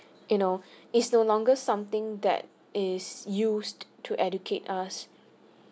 you know it's no longer something that is used to educate us